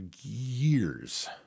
years